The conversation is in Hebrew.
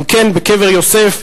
גם כן בקבר יוסף,